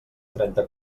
trenta